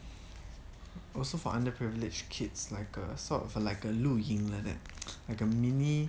also for underprivileged kids like a sort of like a 露营 like that like a mini